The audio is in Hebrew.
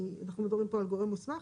כי אנחנו מדברים פה על גורם מוסמך,